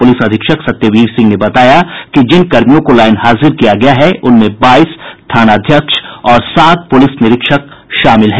police अधीक्षक सत्यवीर सिंह ने बताया कि जिन कर्मियों को लाइन हाजिर किया गया उनमें बाईस थाना अध्यक्ष और सात पुलिस निरीक्षक शामिल हैं